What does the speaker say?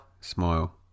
Smile